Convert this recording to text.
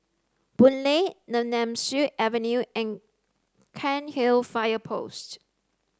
Boon Lay Nemesu Avenue and Cairnhill Fire Post